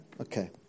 Okay